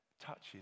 touches